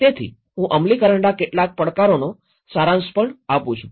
તેથી હું અમલીકરણના કેટલાક પડકારોનો સારાંશ પણ આપું છું